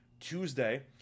Tuesday